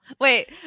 Wait